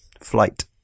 flight